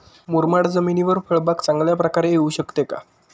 मुरमाड जमिनीवर फळबाग चांगल्या प्रकारे येऊ शकते का?